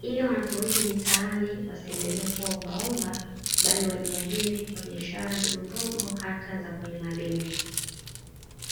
ili wanaporudi mitani wasiendelee kuwa ombaomba bali wajiajiri kwa biashara ndogondogo hata za kwenye magenge.